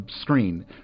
screen